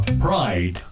Pride